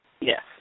Yes